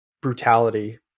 brutality